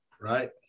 right